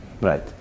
right